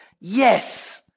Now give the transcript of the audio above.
yes